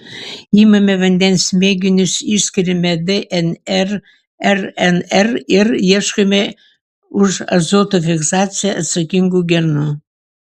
imame vandens mėginius išskiriame dnr rnr ir ieškome už azoto fiksaciją atsakingų genų